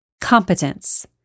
competence